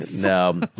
No